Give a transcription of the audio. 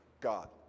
God